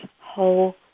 whole